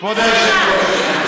כבוד היושב-ראש.